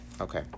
Okay